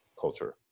culture